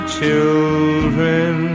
children